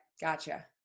gotcha